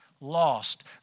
lost